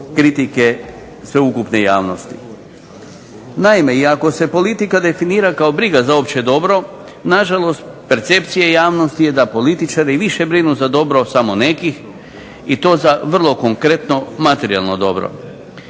kritike sveukupne javnosti. Naime, i ako se politika definira kao briga za opće dobro na žalost percepcija javnosti je da političari više brinu za dobro samo nekih i to za vrlo konkretno materijalno dobro,